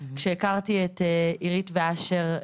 כשהכרתי את אירית ואשר,